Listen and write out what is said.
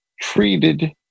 treated